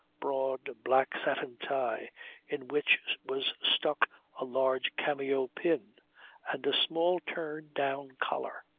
broad, black satin tie in which was stuck a large cameo pin and a small turn down collar.